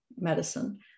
medicine